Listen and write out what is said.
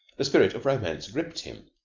the spirit of romance gripped him.